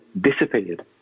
disappeared